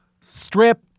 strip